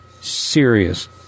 serious